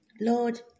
Lord